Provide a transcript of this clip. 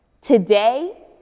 Today